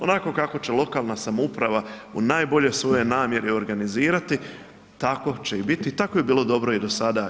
Onako kako će lokalna samouprava u najboljoj svojoj namjeri organizirati tako će i biti, tako je bilo dobro i do sada.